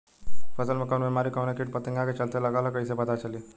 फसल में कवन बेमारी कवने कीट फतिंगा के चलते लगल ह कइसे पता चली?